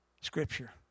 Scripture